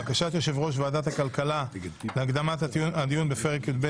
בקשת יושב ראש ועדת הכלכלה להקדמת הדיון בפרק י"ב